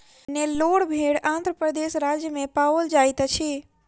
नेल्लोर भेड़ आंध्र प्रदेश राज्य में पाओल जाइत अछि